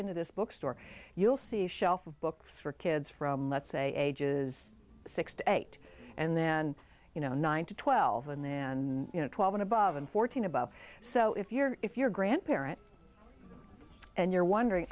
into this bookstore you'll see a shelf of books for kids from let's say ages six to eight and then you know nine to twelve and then you know twelve and above and fourteen about so if you're if you're a grandparent and you're wondering